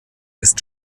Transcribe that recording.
ist